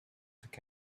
camp